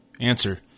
Answer